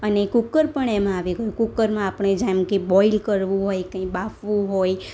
અને કુકર પણ એમાં આવી ગયું કૂકરમાં આપણે જેમકે બોઇલ કરવું હોય કંઇ બાફવું હોય